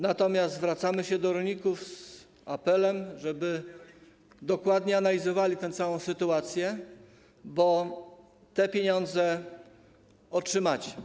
Natomiast zwracamy się do rolników z apelem, żeby dokładnie analizowali tę całą sytuację, bo te pieniądze otrzymają.